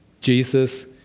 Jesus